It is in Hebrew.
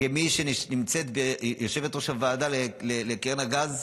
כיושבת-ראש הוועדה לקרן הגז,